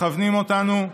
מכוונים אותנו,